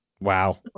Wow